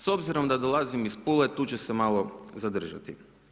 S obzirom da dolazim iz Pule, tu ću se malo zadržati.